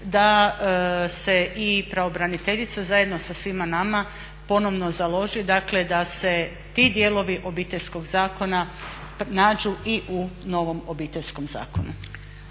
da se i pravobraniteljica zajedno sa svima nama ponovno založi dakle da se ti dijelovi Obiteljskog zakona nađu i u novom Obiteljskom zakonu.